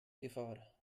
gefahr